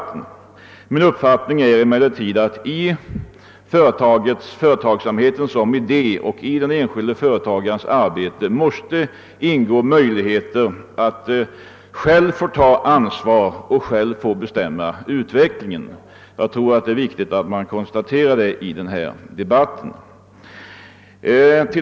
Men min uppfattning är att det i företagsamheten som idé och i den enskilde företagarens arbete måste ingå möjlighet att själv få ta ansvar och bestämma utvecklingen. Jag tror att det är viktigt att konstatera det i denna debatt.